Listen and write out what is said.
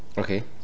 okay